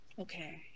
Okay